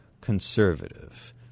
conservative